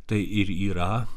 tai ir yra